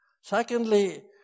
Secondly